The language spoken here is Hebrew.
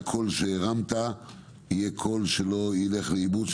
שהקול שהרמת יהיה קול שלא ילך לאיבוד.